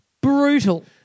Brutal